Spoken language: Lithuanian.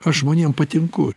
aš žmonėm patinku